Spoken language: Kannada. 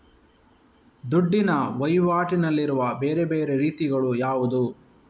ದುಡ್ಡಿನ ವಹಿವಾಟಿನಲ್ಲಿರುವ ಬೇರೆ ಬೇರೆ ರೀತಿಗಳು ಯಾವುದು?